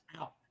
out